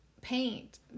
paint